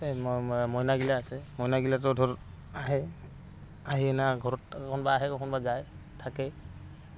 এই মইনাগিলা আছে মইনাগিলাটো ধৰ আহে আহি কিনা ঘৰত কোনোবা আহে কোনোবা যায় থাকে